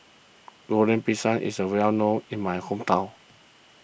Goreng Pisang is a well known in my hometown